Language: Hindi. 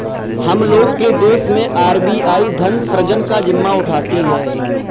हम लोग के देश मैं आर.बी.आई धन सृजन का जिम्मा उठाती है